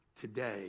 today